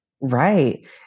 Right